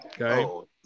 Okay